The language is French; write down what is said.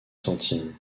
centimes